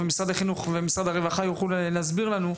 משרד החינוך והרווחה יוכלו להסביר לנו,